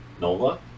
NOLA